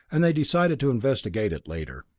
and they decided to investigate it later.